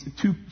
two